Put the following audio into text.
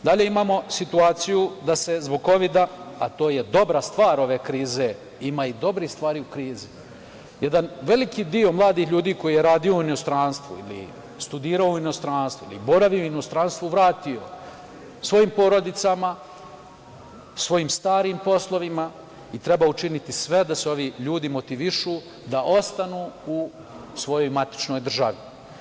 Dalje, imamo situaciju da se zbog kovida, a to je dobra stvar ove krize, ima i dobrih stvari u krizi, jedan veliki deo mladih ljudi koji je radio u inostranstvu ili studirao u inostranstvu, ili boravio u inostranstvu se vratio svojim porodicama, svojim starim poslovima i treba učiniti sve da se ovi ljudi motivišu da ostanu u svojoj matičnoj državi.